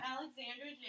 Alexandra